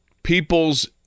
People's